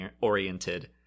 oriented